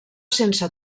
sense